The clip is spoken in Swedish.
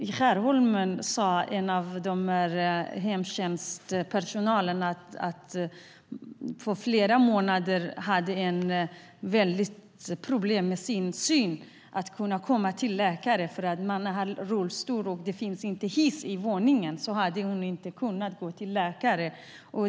I Skärholmen sade en i hemtjänstpersonalen att en kvinna hade problem att komma till läkare. På grund av att hon hade rullstol och det inte fanns hiss i huset kunde hon inte gå till läkare.